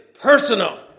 personal